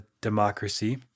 democracy